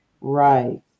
Right